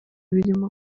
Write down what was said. birimo